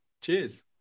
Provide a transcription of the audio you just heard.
Cheers